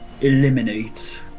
eliminate